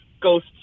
ghost